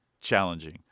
challenging